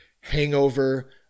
hangover